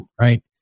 right